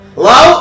Hello